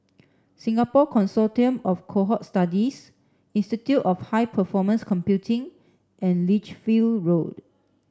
Singapore Consortium of Cohort Studies Institute of High Performance Computing and Lichfield Road